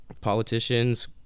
politicians